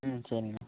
ம் சரிங்கண்ணா